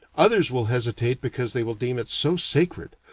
others will hesitate because they will deem it so sacred,